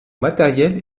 matériel